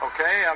Okay